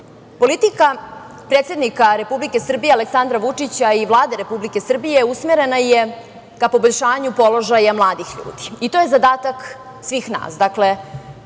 politika predsednika Republike Srbije Aleksandra Vučića i Vlade Republike Srbije usmerena je ka poboljšanju položaja mladih ljudi i to je zadatak svih nas.